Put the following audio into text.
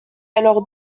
alors